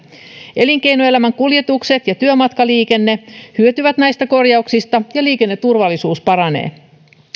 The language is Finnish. elinkeinoelämän kuljetukset ja työmatkaliikenne hyötyvät näistä korjauksista ja liikenneturvallisuus paranee